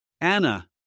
Anna